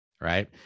Right